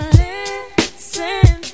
listen